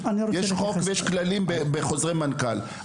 יש חוק ויש כללים בחוזרי מנכ״ל.